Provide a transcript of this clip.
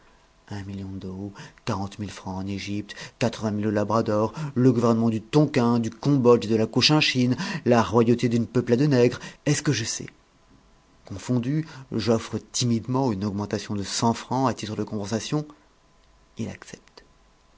un million de dot quarante mille francs en égypte quatre-vingt mille au labrador le gouvernement du tonkin du cambodge et de la cochinchine la royauté d'une peuplade nègre est-ce que je sais confondu j'offre timidement une augmentation de cent francs à titre de compensation il accepte